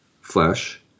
flesh